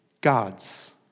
God's